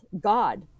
god